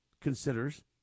considers